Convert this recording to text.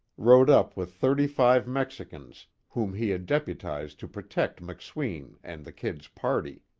rode up with thirty-five mexicans, whom he had deputized to protect mcsween and the kid's party.